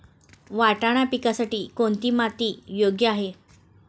वाटाणा पिकासाठी कोणती माती योग्य आहे?